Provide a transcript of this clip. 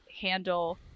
handle